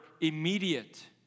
immediate